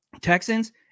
Texans